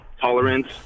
tolerance